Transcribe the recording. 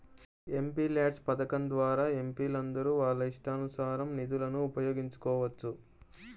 MPLADS పథకం ద్వారా ఎంపీలందరూ వాళ్ళ ఇష్టానుసారం నిధులను ఉపయోగించుకోవచ్చు